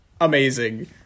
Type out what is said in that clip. Amazing